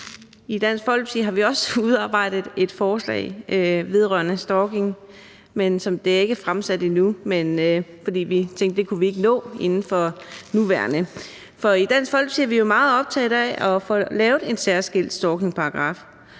I Dansk Folkeparti har vi også udarbejdet et forslag vedrørende stalking, men det er ikke fremsat endnu, fordi vi tænkte, at vi ikke kunne nå det inden for den nuværende samling. I Dansk Folkeparti er vi jo meget optagede af at få lavet en særskilt stalkingparagraf,